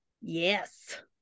yes